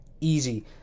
easy